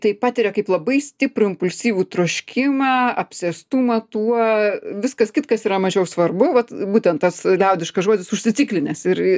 tai patiria kaip labai stiprų impulsyvų troškimą apsėstumą tuo viskas kitkas yra mažiau svarbu vat būtent tas liaudiškas žodis užsiciklinęs ir